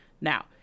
Now